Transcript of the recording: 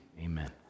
amen